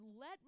let